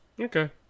Okay